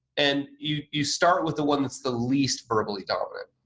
and you you start with the ones the least verbally dominant.